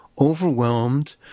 overwhelmed